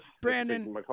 Brandon